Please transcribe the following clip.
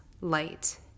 light